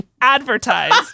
advertised